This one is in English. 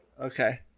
Okay